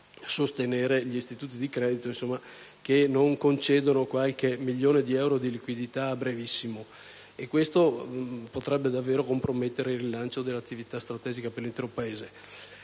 produttive: gli istituti di credito, infatti, non concedono qualche milione di euro di liquidità a brevissimo. Questo potrebbe davvero compromettere il rilancio dell'attività strategica per l'intero Paese.